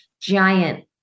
giant